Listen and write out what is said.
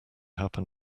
happen